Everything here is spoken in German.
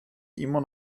immer